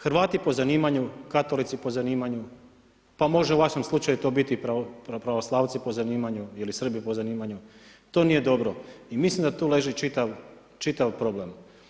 Hrvati po zanimanju, katolici po zanimanju, pa može u vašem slučaju to biti i pravoslavci po zanimanju ili Srbi po zanimanju, to nije dobro i mislim da tu leži čitav problem.